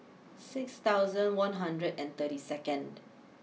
six thousand one hundred and thirty second